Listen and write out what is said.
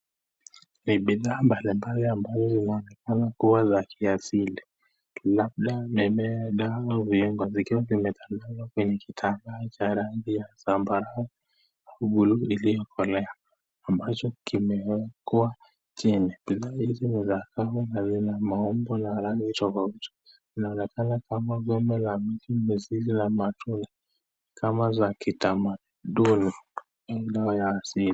Ni bidhaa mbali mbali ambayo inaonekana kua ya kiasili. Labda mimea, dawa ,viungo vikiwa vimetandazwa kwenye kitambaa cha rangi ya zambarau na buluu iliyokolea ambacho kimewekwa chini. Bidhaa hizi ni za kale na maumbo na rangi tofauti, vinaonekana kama gombe la mti , mizizi la matunda kama za kitamaduni ama ya asili.